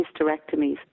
hysterectomies